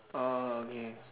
orh okay